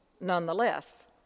nonetheless